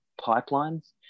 pipelines